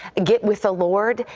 get with the lord.